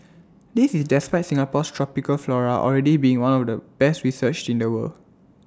this is despite Singapore's tropical flora already being one of the best researched in the world